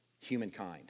humankind